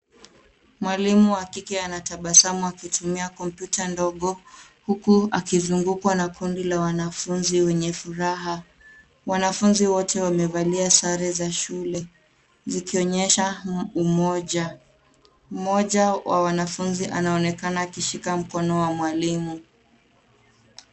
Mwalimu wa kike anatabasamu akitumia kompyuta ndogo huku akizungukwa na kundi la wanafunzi wenye furaha. Wanafunzi wote wamevalia sare za shule zikionyesha umoja. Mmoja wa wanafunzi anaonekana akishika mkono wa mwalimu.